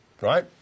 right